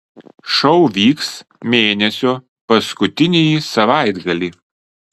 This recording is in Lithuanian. šou vyks mėnesio paskutinįjį savaitgalį